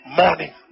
morning